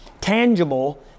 tangible